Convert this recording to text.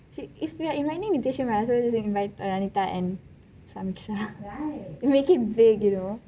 if we are inviting nityashree might as well invite samyuksha and vanitha make it big you know